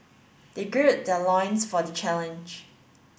they gird their loins for the challenge